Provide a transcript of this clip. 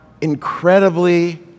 incredibly